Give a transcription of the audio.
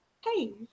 hey